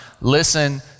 Listen